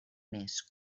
mes